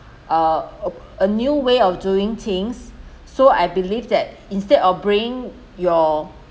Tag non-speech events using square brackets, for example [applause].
ah [noise] a new way of doing things so I believe that instead of bringing your